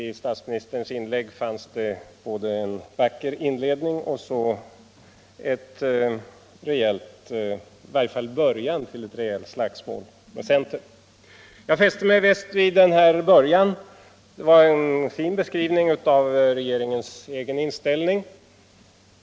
I statsministerns inlägg fanns det både en vacker inledning och så i varje fall början till ett rejält slagsmål med centern. Jag fäste mig mest vid början — det var en fin beskrivning av regeringens egen inställning.